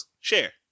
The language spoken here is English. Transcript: share